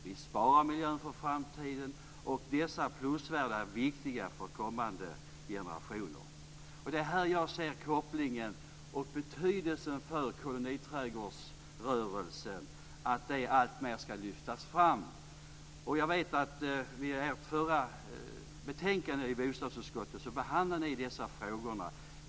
Vi sparar miljön för framtiden, och dessa plusvärden är viktiga för kommande generationer. Det är här jag ser att betydelsen av koloniträdgårdsrörelsen alltmer lyfts fram. Jag vet att bostadsutskottet behandlade dessa frågor i sitt förra betänkande.